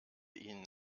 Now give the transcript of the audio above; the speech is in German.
ihnen